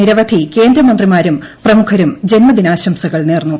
നിരവധി കേന്ദ്രമന്ത്രിമാരും പ്രമുഖരും ആശംസകൾ നേർന്നു